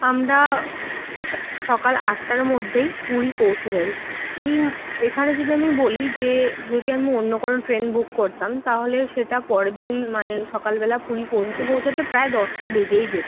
আমরা ঠিক সকাল আটটার মধ্যেই পুরী পৌঁছে যাই এই এখানে যদি আমি বলি যে যদি আমি অন্য কোনো ট্রেন বুক করতাম তাহলে সেটা পরের দিন মানে সকালবেলা পুরী পৌঁছোতে পৌঁছাতে প্রায় দশটা বেজেই যেতো